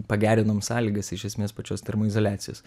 pagerinom sąlygas iš esmės pačios termoizoliacijos